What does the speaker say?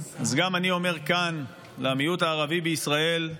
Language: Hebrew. אז גם אני אומר כאן למיעוט הערבי בישראל: